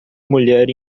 mulher